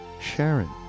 Sharon